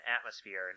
atmosphere